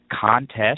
Contest